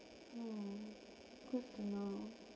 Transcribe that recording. mm good to know